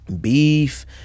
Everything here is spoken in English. beef